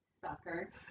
Sucker